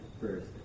first